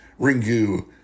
Ringu